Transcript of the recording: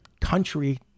country